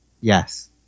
Yes